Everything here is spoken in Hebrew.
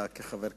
אתה, כחבר הכנסת,